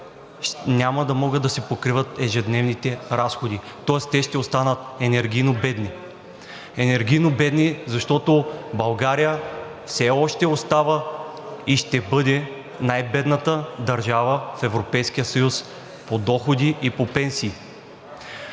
няма да могат да си покриват ежедневните разходи. Тоест те ще останат енергийно бедни, защото България все още остава и ще бъде най-бедната държава в Европейския съюз по доходи и по пенсии.